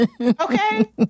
Okay